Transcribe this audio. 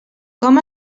com